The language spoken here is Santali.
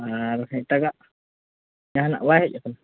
ᱟᱨ ᱦᱮᱸ ᱮᱴᱟᱜᱟᱜ ᱡᱟᱦᱟᱱᱟᱜ ᱵᱟᱭ ᱦᱮᱡ ᱟᱠᱟᱱᱟ